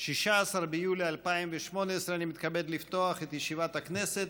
16 ביולי 2018 אני מתכבד לפתוח את ישיבת הכנסת.